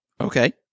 Okay